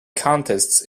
contests